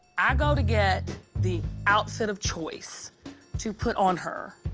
i go to get the outfit of choice to put on her.